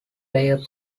layer